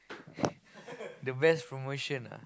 the best promotion ah